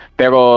pero